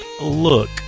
Look